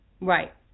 Right